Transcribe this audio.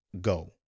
go